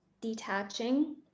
detaching